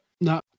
No